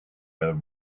where